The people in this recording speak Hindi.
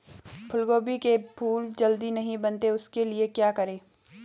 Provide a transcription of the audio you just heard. फूलगोभी के फूल जल्दी नहीं बनते उसके लिए क्या करें?